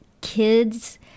kids